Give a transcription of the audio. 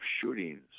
shootings